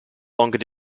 longer